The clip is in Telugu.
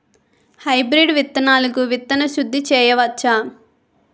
హైబ్రిడ్ విత్తనాలకు విత్తన శుద్ది చేయవచ్చ?